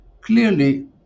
clearly